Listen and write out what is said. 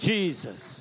Jesus